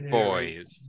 boys